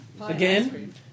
Again